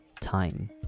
time